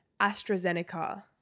AstraZeneca